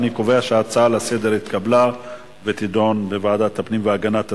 אני קובע שההצעה לסדר-היום התקבלה ותידון בוועדת הפנים והגנת הסביבה.